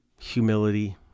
humility